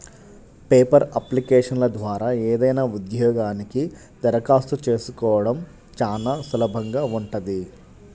paper అప్లికేషన్ల ద్వారా ఏదైనా ఉద్యోగానికి దరఖాస్తు చేసుకోడం చానా సులభంగా ఉంటది